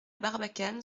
barbacane